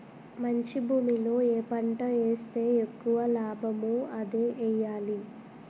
మంచి భూమిలో ఏ పంట ఏస్తే ఎక్కువ లాభమో అదే ఎయ్యాలి